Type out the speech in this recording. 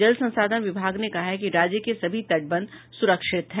जल संसाधन विभाग ने कहा है कि राज्य के सभी तटबंध सुरक्षित है